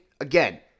again